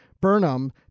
Burnham